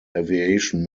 aviation